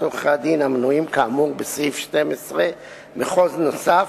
עורכי-הדין המנויים כאמור בסעיף 12 מחוז נוסף,